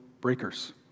breakers